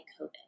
COVID